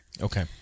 okay